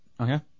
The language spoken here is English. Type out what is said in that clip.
Okay